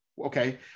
Okay